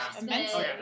immensely